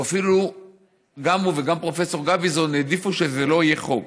אפילו הוא וגם פרופ' גביזון העדיפו שזה לא יהיה חוק.